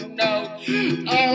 no